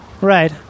Right